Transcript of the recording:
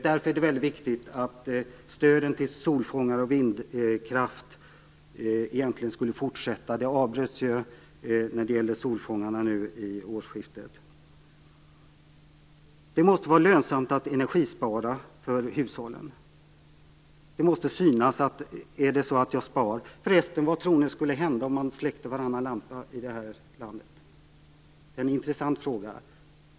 Därför är det väldigt viktigt att stöden till solfångare och vindkraft egentligen borde fortsätta. Det avbröts ju när det gäller solfångarna nu vid årsskiftet. Det måste vara lönsamt för hushållen att energispara. Vad tror ni förresten skulle hända om man släckte varannan lampa i det här landet? Det är en intressant fråga.